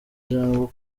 ijambo